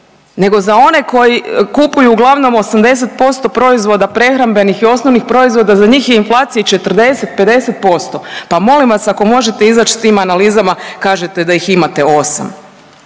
nego za one koji kupuju uglavnom 80% proizvoda prehrambenih i osnovnih proizvoda za njih je inflacija 40, 50%, pa molim vas ako možete izać s tim analizama, kažete da ih imate